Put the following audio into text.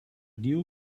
new